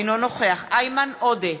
אינו נוכח איימן עודה,